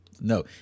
No